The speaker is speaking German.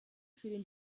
für